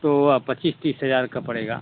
तो वह पचीस तीस हजार का पड़ेगा